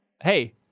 Hey